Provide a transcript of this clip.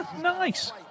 Nice